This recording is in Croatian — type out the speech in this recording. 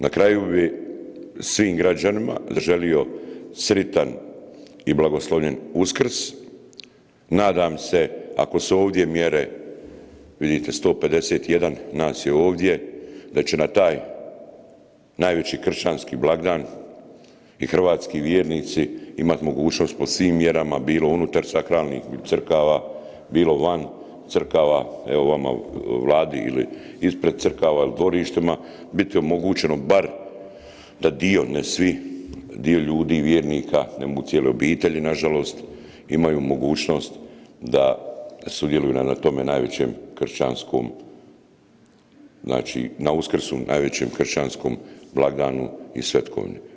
Na kraju bi svim građanima zaželio sritan i blagoslovljen Uskrs, nadam se ako su ovdje mjere, vidite 151 nas je ovdje da će na taj najveći kršćanski blagdan i hrvatski vjernici imati mogućnost pod svim mjerama bilo unutar sakralnih crkava, bilo van crkava, evo vama u Vladi ili ispred crkava ili u dvorištima biti omogućeno bar da dio, ne svi, dio ljudi, vjernika ne mogu cijele obitelji nažalost imaju mogućnost da sudjeluju na tome najvećem kršćanskom znači na Uskrsu, najvećem kršćanskom blagdanu i svetkovini.